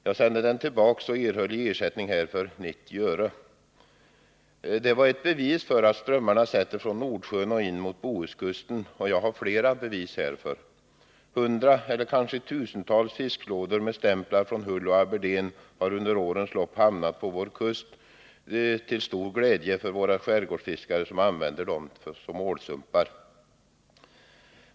Jag sände den tillbaka och erhöll i ersättning härför 90 öre. Den var ett bevis för att strömmarna sätter från Nordsjön och in mot Bohuskusten. Jag har flera bevis härför. Hundratals eller kanske tusentals fiskelådor med stämplar från Hull och Aberdeen har under årens lopp hamnat på vår kust till stor glädje för våra skärgårdsfiskare som använder dem till ålsumpar.